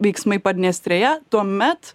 veiksmai padniestrėje tuomet